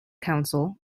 council